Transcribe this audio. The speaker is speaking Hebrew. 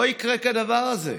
לא יקרה כדבר הזה,